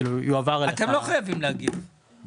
אתם לא חייבים להגיב.